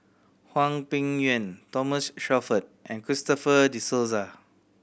Hwang Peng Yuan Thomas Shelford and Christopher De Souza